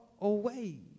away